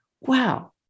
Wow